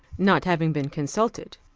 not having been consulted.